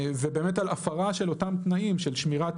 ובאמת על הפרה של אותם תנאים של שמירת